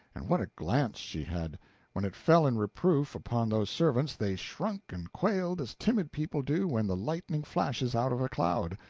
and what a glance she had when it fell in reproof upon those servants, they shrunk and quailed as timid people do when the lightning flashes out of a cloud.